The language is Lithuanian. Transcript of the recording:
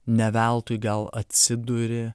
ne veltui gal atsiduri